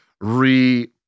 re